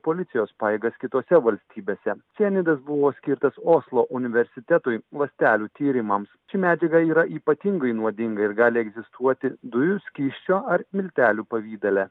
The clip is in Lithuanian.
policijos pajėgas kitose valstybėse cianidas buvo skirtas oslo universitetui ląstelių tyrimams ši medžiaga yra ypatingai nuodinga ir gali egzistuoti dujų skysčio ar miltelių pavidale